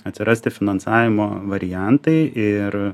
atsirasti finansavimo variantai ir